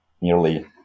nearly